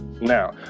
Now